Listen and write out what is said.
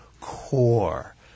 core